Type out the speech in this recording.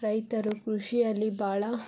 ರೈತರು ಕೃಷಿಯಲ್ಲಿ ಭಾಳ